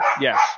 Yes